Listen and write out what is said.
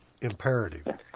imperative